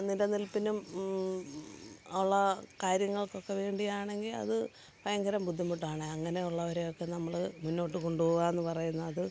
നിലനിൽപ്പിനും ഉള്ള കാര്യങ്ങൾക്കൊക്ക വേണ്ടിയാണെങ്കിൽ അത് ഭയങ്കര ബുദ്ധിമുട്ടാണ് അങ്ങനുള്ളവരെയൊക്കെ നമ്മൾ മുന്നോട്ട് കൊണ്ടുപോവാന്ന് പറയുന്നത്